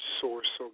source